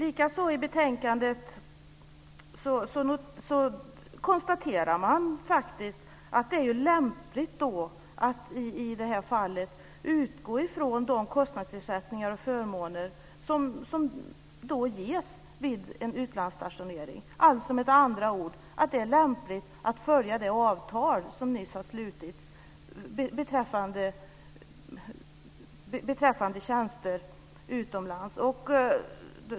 I betänkandet konstaterar man också att det är lämpligt att i detta fall utgå från de kostnadsersättningar och förmåner som ges vid en utlandsstationering. Det innebär med andra ord att det är lämpligt att följa det avtal som nyss har slutits beträffande tjänster utomlands.